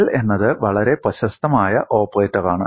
del എന്നത് വളരെ പ്രശസ്തമായ ഓപ്പറേറ്ററാണ്